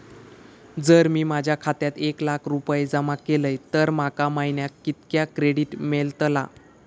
जर मी माझ्या खात्यात एक लाख रुपये जमा केलय तर माका महिन्याक कितक्या क्रेडिट मेलतला?